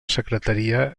secretaria